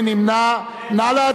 מי נמנע?